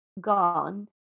gone